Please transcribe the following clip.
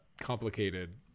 complicated